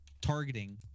targeting